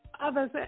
others